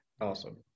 awesome